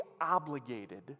obligated